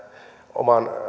oman